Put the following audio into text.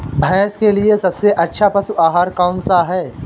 भैंस के लिए सबसे अच्छा पशु आहार कौन सा है?